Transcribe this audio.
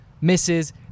misses